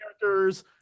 characters